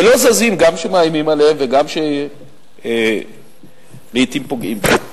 ולא זזים גם כשמאיימים עליהם וגם כשלעתים פוגעים בהם,